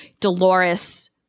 Dolores